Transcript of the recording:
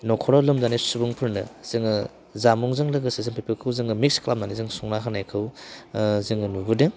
न'खराव लोमजानाय सुबुंफोरनो जोङो जामुंजों लोगोसे जों बेफोरखौबो जोङो मिक्स खालामनानै जों संना होनायखौ जोङो नुबोदों